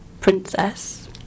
princess